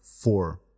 four